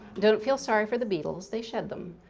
don't feel sorry for the beetles, they shed them,